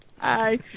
Hi